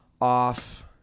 off